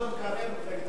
מפלגת העבודה.